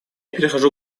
перехожу